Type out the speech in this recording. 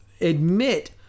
admit